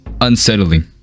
unsettling